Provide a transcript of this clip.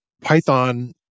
Python